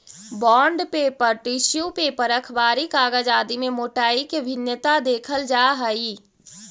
bond paper, tissue paper, अखबारी कागज आदि में मोटाई के भिन्नता देखल जा हई